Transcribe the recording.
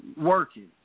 working